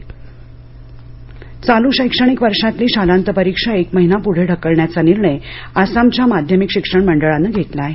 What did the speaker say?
आसाम परीक्षा चालू शैक्षणिक वर्षातली शालांत परीक्षा एक महिना पुढे ढकलण्याचा निर्णय आसामच्या माध्यमिक शिक्षण मंडळांनं घेतला आहे